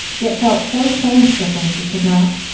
yet felt so shame-stricken she could not.